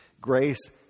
grace